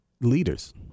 leaders